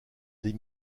des